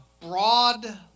broad